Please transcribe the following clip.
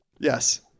Yes